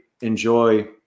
enjoy